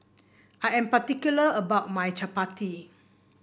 I am particular about my chappati